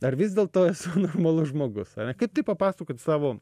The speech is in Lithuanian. ar vis dėlto esu normalus žmogus ane kaip tai papasakot savo